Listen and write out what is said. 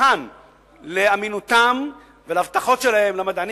מבחן לאמינותם ולהבטחות שלהם למדענים.